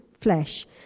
flesh